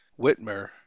Whitmer